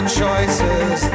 choices